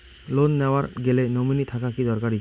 Loan নেওয়ার গেলে nominee থাকা কি দরকারী?